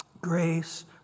grace